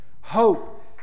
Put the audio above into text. Hope